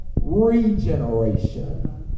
regeneration